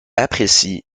apprécie